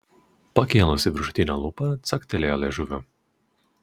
pakėlusi viršutinę lūpą caktelėjo liežuviu